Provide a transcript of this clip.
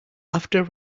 after